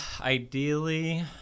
ideally